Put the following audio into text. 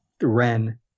Ren